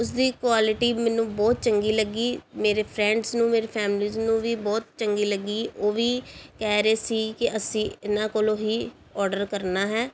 ਉਸਦੀ ਕੁਆਲਿਟੀ ਮੈਨੂੰ ਬਹੁਤ ਚੰਗੀ ਲੱਗੀ ਮੇਰੇ ਫਰੈਂਡਸ ਨੂੰ ਮੇਰੇ ਫੈਮਲੀਜ਼ ਨੂੰ ਵੀ ਬਹੁਤ ਚੰਗੀ ਲੱਗੀ ਉਹ ਵੀ ਕਹਿ ਰਹੇ ਸੀ ਕਿ ਅਸੀਂ ਇਹਨਾਂ ਕੋਲੋਂ ਹੀ ਅੋਰਡਰ ਕਰਨਾ ਹੈ